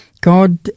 God